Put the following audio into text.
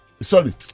sorry